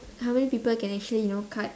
how many people can actually you know cut